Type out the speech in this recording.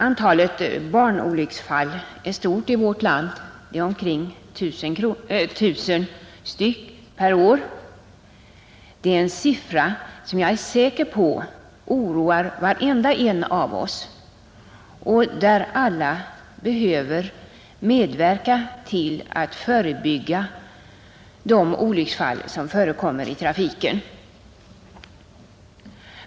Antalet barnolycksfall är stort i vårt land — omkring 1 000 per år. Det är en siffra som jag är säker på oroar varenda en av oss och där alla behöver medverka till att förebygga de olycksfall som förekommer i trafiken.